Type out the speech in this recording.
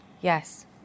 Yes